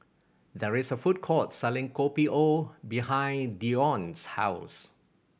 there is a food court selling Kopi O behind Dione's house